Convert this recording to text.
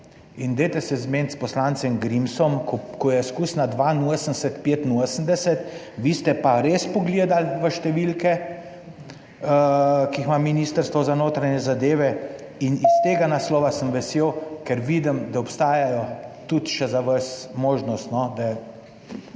je. Dajte se zmeniti s poslancem Grimsom, ko je / nerazumljivo/, vi ste pa res pogledali v številke, ki jih ima ministrstvo za notranje zadeve in iz tega naslova sem vesel, ker vidim, da obstajajo tudi še za vas možnost, da je